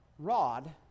rod